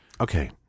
Okay